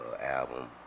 album